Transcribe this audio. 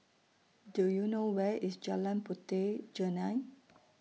Do YOU know Where IS Jalan Puteh Jerneh